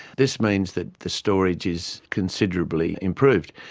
this means that the storage is considerably improved.